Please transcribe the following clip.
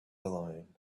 alone